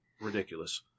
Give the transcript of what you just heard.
ridiculous